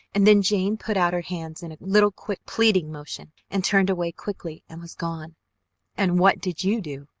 and then jane put out her hands in a little, quick, pleading motion and turned away quickly and was gone and what did you do?